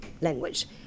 language